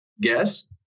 guest